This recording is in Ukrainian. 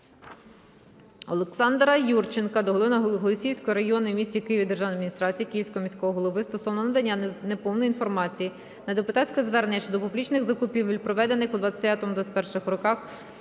Олександра Юрченка до голови Голосіївської районної в місті Києві державної адміністрації, Київського міського голови стосовно надання неповної інформації на депутатське звернення щодо публічних закупівель проведених у 2020-2021